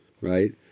right